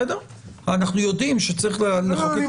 אנחנו יודעים שצריך לחוקק